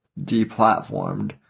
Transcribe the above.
deplatformed